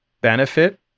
benefit